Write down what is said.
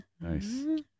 Nice